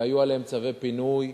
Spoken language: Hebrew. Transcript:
והיו עליהן צווי פינוי,